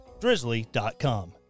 Drizzly.com